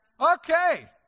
Okay